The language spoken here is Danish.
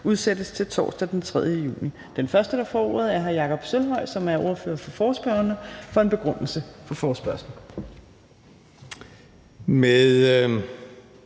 udsættes til torsdag den 3. juni 2021. Den første, der får ordet, er hr. Jakob Sølvhøj, som er ordfører for forespørgerne, for en begrundelse for forespørgslen.